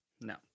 No